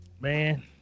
man